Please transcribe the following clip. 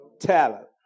talent